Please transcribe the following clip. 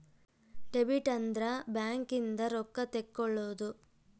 debit ಅಂದ್ರ bank ಇಂದ ರೊಕ್ಕ ತೆಕ್ಕೊಳೊದು